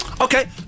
Okay